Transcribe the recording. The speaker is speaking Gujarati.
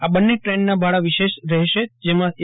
આ બંને દ્રેનના ભાડાં વિશેષ રહેશે જેમાં એ